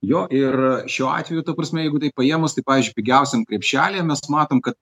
jo ir šiuo atveju ta prasme jeigu taip paėmus tai pavyzdžiui pigiausiam krepšelyje mes matom kad